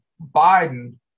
Biden